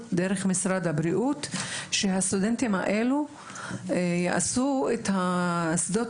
דרך משרד הבריאות שהסטודנטים האלה יעשו את השדות